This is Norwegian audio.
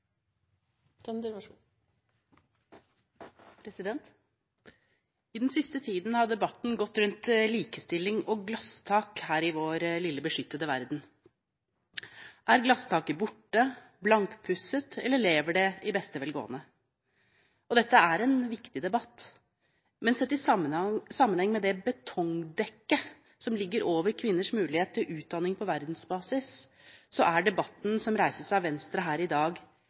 energi, som så sårt treng det, eller når det gjeld likestilling og helse, der vi har investert mange år i å vere det. I den siste tiden har debatten gått rundt likestilling og glasstak her i vår lille, beskyttede verden. Er glasstaket borte, blankpusset eller lever det i beste velgående? Dette er en viktig debatt, men sett i sammenheng med det betongdekket som ligger over kvinners mulighet til utdanning på verdensbasis, så er debatten som